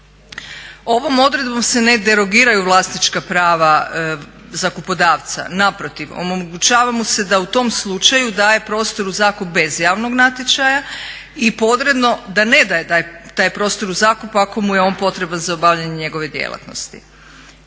Ovom odredbom se ne derogiraju vlasnička prava zakupodavca. Naprotiv, omogućava mu se da u tom slučaju daje prostor u zakup bez javnog natječaja i podredno da ne daje taj prostor u zakup ako mu je on potreban za obavljanje njegove djelatnosti.